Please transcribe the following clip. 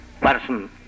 person